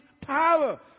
power